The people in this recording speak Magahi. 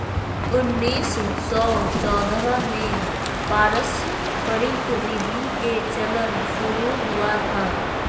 उन्नीस सौ चौदह में पारस्परिक निधि के चलन शुरू हुआ था